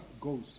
goes